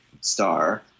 star